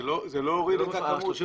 זה לא הוריד את הכמות?